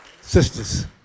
Sisters